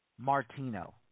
Martino